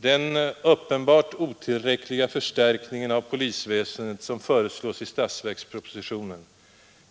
Den uppenbart otillräckliga förstärkningen av polisväsendet som föreslås i statsverkspropositionen,